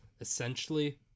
essentially